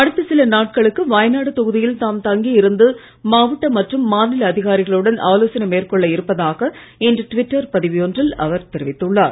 அடுத்த சில நாட்களுக்கு வயநாடு தொகுதியில் தாம் தங்கியிருந்து மாவட்ட மற்றும் மாநில அதிகாரிகளுடன் ஆலோசனை மேற்கொள்ள இருப்பதாக இன்று டிவிட்டர் பதிவு ஒன்றில் அவர் தெரிவித்துள்ளார்